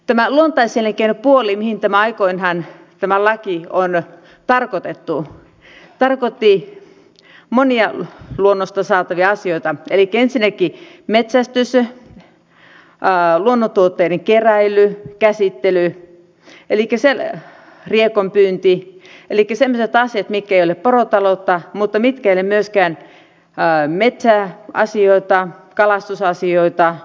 tämä luontaiselinkeinopuoli mihin tämä laki aikoinaan on tarkoitettu tarkoitti monia luonnosta saatavia asioita elikkä ensinnäkin metsästystä luonnontuotteiden keräilyä käsittelyä riekonpyyntiä elikkä semmoisia asioita mitkä eivät ole porotaloutta mutta mitkä eivät ole myöskään metsäasioita kalastusasioita maatalousasioita